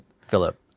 Philip